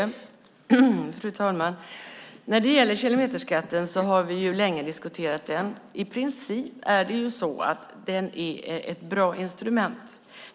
Fru talman! Vi har länge diskuterat kilometerskatten. I princip är den ett bra instrument.